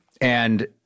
And-